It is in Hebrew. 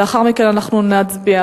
ולאחר מכן אנחנו נצביע.